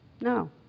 No